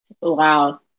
Wow